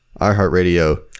iHeartRadio